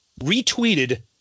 retweeted